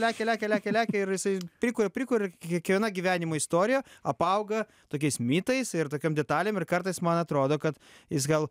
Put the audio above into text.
lekia lekia lekia lekia ir jisai prikuria prikuria kiekviena gyvenimo istorija apauga tokiais mitais ir tokiom detalėm ir kartais man atrodo kad jis gal